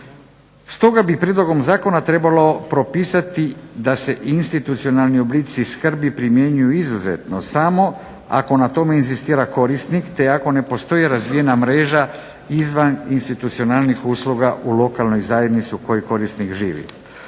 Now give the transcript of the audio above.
Stoga bi prijedlogom zakona trebalo propisati da se institucionalni oblici skrbi primjenjuju izuzetno samo ako na tome inzistira korisnik te ako ne postoji razvijena mreža izvaninstitucionalnih usluga u lokalnoj zajednici u kojoj korisnik živi.